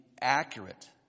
accurate